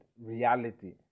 reality